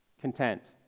content